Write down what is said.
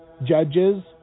Judges